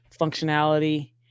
functionality